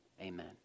amen